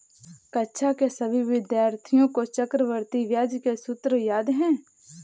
कक्षा के सभी विद्यार्थियों को चक्रवृद्धि ब्याज के सूत्र याद हैं